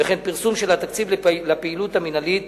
וכן פרסום של תקציב הפעילות המינהלית